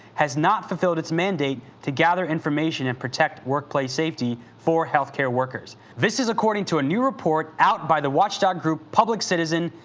has not fulfilled its mandate to gather information and protect workplace safety for health-care workers. this is according to a new report out by the watchdog group public citizen,